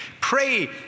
pray